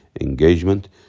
engagement